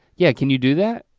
yeah can you do that?